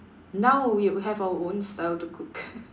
now we will have our own style to cook